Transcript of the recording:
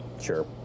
Sure